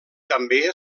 també